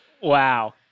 Wow